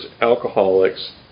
alcoholics